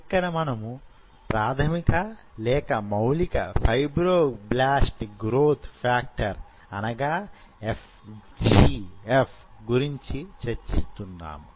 ఇక్కడ మనము ప్రాధమిక లేక మౌలిక ఫైబ్రో బ్లాస్ట్ గ్రోత్ ఫ్యాక్టర్ గురించి చర్చిస్తున్నాం